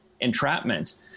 entrapment